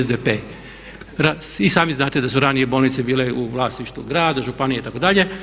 I sami znate da su ranije bolnice bile u vlasništvu grada, županije itd.